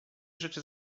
rzeczy